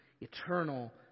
eternal